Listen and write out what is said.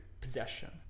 possession